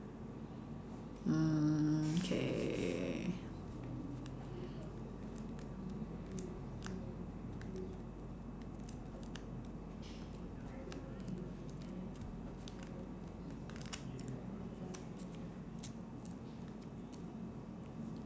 mm K